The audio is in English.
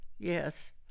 Yes